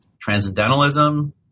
transcendentalism